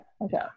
Okay